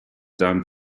done